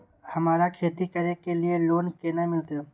हमरा खेती करे के लिए लोन केना मिलते?